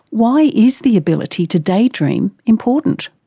why is the ability to daydream important?